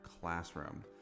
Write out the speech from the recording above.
Classroom